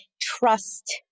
trust